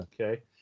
okay